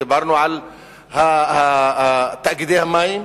דיברנו על תאגידי המים,